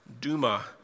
Duma